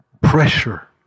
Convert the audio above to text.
pressure